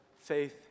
faith